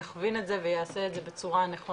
שיכווין את זה ויעשה את זה בצורה הנכונה.